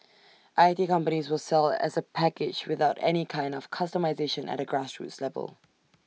I T companies will sell as A package without any kind of customisation at A grassroots level